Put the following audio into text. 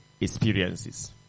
experiences